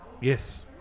Yes